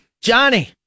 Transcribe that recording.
Johnny